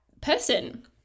person